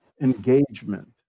engagement